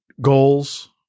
goals